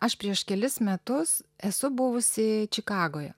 aš prieš kelis metus esu buvusi čikagoj